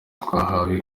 twahawe